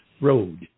road